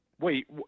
Wait